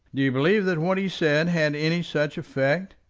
do you believe that what he said had any such effect?